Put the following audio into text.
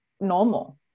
normal